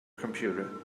computer